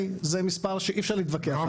זה מספר שאי אפשר להתווכח עליו.